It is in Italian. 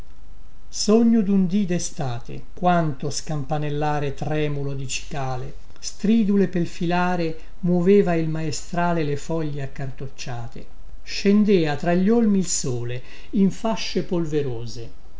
sogno dun dì destate quanto scampanellare tremulo di cicale stridule pel filare moveva il maestrale le foglie accartocciate scendea tra gli olmi il sole in fascie polverose